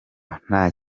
nta